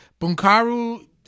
Bunkaru